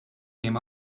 neem